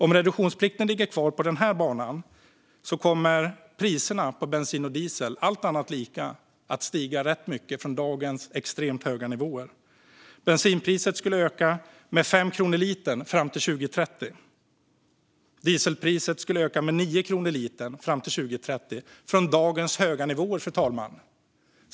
Om reduktionsplikten ligger kvar på den här banan kommer priserna på bensin och diesel, allt annat lika, att stiga rätt mycket från dagens extremt höga nivåer. Bensinpriset skulle öka med 5 kronor litern fram till 2030. Dieselpriset skulle öka med 9 kronor litern fram till 2030. Och detta från dagens höga nivåer, fru talman!